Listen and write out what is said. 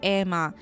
Emma